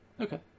Okay